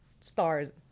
stars